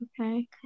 Okay